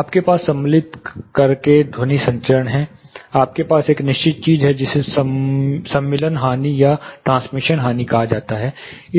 आपके पास सम्मिलित करके ध्वनि संचरण है आपके पास एक निश्चित चीज है जिसे सम्मिलन हानि या ट्रांसमिशन हानि कहा जाता है